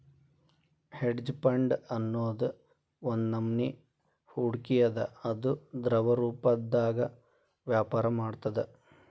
hedge fund ಅನ್ನೊದ್ ಒಂದ್ನಮನಿ ಹೂಡ್ಕಿ ಅದ ಅದು ದ್ರವರೂಪ್ದಾಗ ವ್ಯಾಪರ ಮಾಡ್ತದ